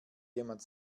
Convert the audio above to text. jemand